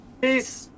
Peace